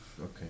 okay